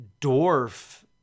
dwarf